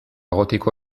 gotiko